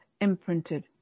imprinted